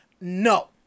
no